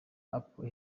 apple